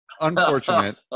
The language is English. unfortunate